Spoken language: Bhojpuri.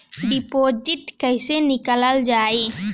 डिपोजिट कैसे निकालल जाइ?